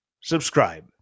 subscribe